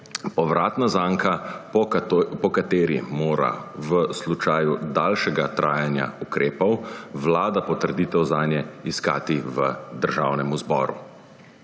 povratna zanka, po kateri mora v slučaju daljšega trajanja ukrepov Vlada potrditev zanje iskati v Državnem zboru.